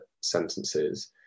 sentences